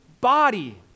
body